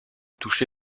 touché